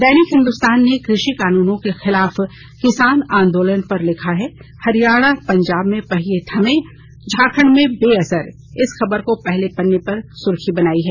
दैनिक हिन्दुस्तान ने कृषि कानूनों के खिलाफ किसान आंदोलन पर लिखा है हरियाणा पंजाब में पहिये थमे झारखंड में बेअसर इस खबर को पहले पन्ने की सुर्खी बनायी है